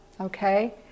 okay